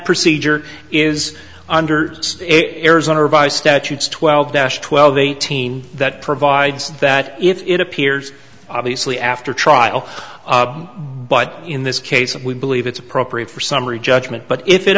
procedure is under arizona revised statutes twelve dash twelve eighteen that provides that if it appears obviously after trial but in this case and we believe it's appropriate for summary judgment but if it